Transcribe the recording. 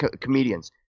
comedians